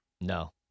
No